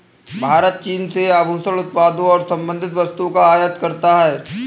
भारत चीन से आभूषण उत्पादों और संबंधित वस्तुओं का आयात करता है